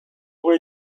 were